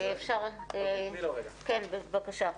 כן, בבקשה.